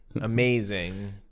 amazing